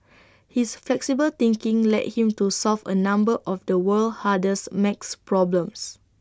his flexible thinking led him to solve A number of the world's hardest maths problems